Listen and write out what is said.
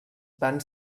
van